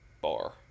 bar